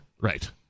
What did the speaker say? Right